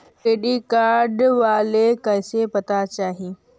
Credit card लेवेला का पात्रता चाही?